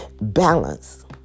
balance